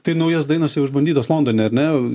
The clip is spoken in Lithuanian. tai naujos dainos jau išbandytos londone ar ne